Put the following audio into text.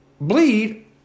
bleed